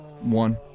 One